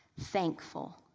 thankful